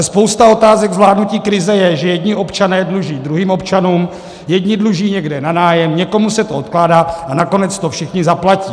Spousta otázek zvládnutí krize ale je, že jedni občané dluží druhým občanům, jedni dluží někde na nájemném, někomu se to odkládá, a nakonec to všichni zaplatí.